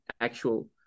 actual